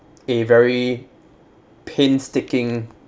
a very painstaking